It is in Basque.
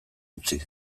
utzi